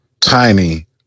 Tiny